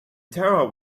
terror